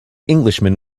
englishman